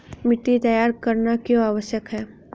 मिट्टी तैयार करना क्यों आवश्यक है?